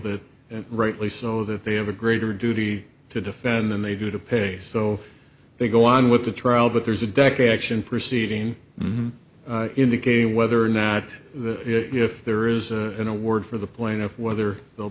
that and rightly so that they have a greater duty to defend than they do to pay so they go on with the trial but there's a deck action proceeding indicating whether or not the if there is an award for the plaintiff whe